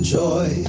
joy